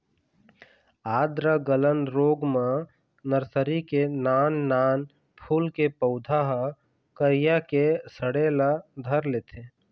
आद्र गलन रोग म नरसरी के नान नान फूल के पउधा ह करिया के सड़े ल धर लेथे